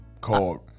called